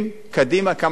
אני רוצה גם לומר לך,